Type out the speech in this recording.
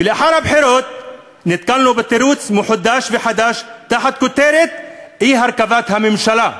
ולאחר הבחירות נתקלנו בתירוץ מחודש וחדש תחת הכותרת "אי-הרכבת הממשלה".